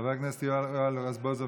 חבר הכנסת יואל רזבוזוב,